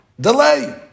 delay